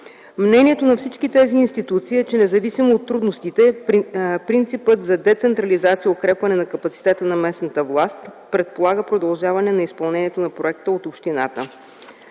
Мнението на всички тези институции е, че независимо от трудностите принципът за децентрализация и укрепване на капацитета на местната власт предполага продължаване на изпълнението на проекта от общината.